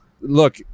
Look